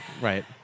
right